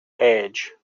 age